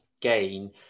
gain